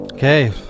Okay